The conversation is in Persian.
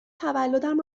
تولدم